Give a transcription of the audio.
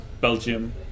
Belgium